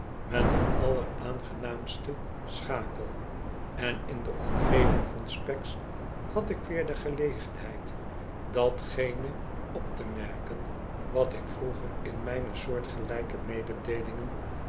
met een alleraangenaamste schakel en in de omgeving van specks had ik weer de gelegenheid datgene op te merken wat ik vroeger in myne soortgelijke mededeelingen